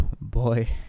boy